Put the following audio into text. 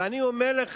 ואני אומר לך,